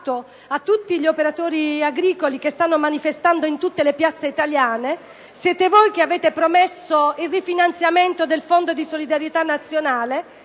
fronte agli operatori agricoli che stanno manifestando in tutte le piazze italiane: siete voi che avete promesso il rifinanziamento del Fondo di solidarietà nazionale;